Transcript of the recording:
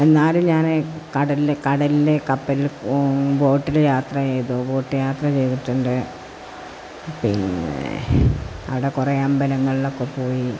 എന്നാലും ഞാന് കടലിലെ കപ്പലില് ബോട്ടില് യാത്ര ചെയ്തു ബോട്ട് യാത്ര ചെയ്തിട്ടുണ്ട് പിന്നെ അവിടെ കുറേ അമ്പലങ്ങളിലൊക്കെ പോയി